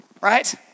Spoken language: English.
right